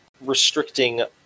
restricting